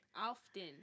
Often